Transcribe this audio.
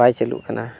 ᱵᱟᱭ ᱪᱟᱹᱞᱩᱜ ᱠᱟᱱᱟ